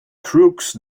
crooks